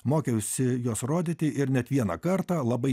mokiausi juos rodyti ir net vieną kartą labai